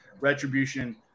Retribution